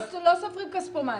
אנחנו לא סופרים כספומטים.